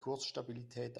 kursstabilität